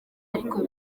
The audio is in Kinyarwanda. ariko